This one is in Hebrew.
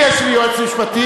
אני יש לי יועץ משפטי,